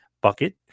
bucket